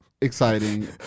exciting